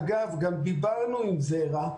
אגב, גם דיברנו עם ור"ה.